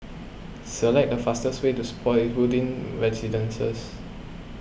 select the fastest way to Spottiswoode Residences